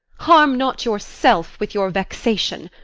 harm not yourself with your vexation.